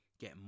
get